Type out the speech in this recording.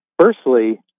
Firstly